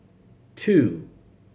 two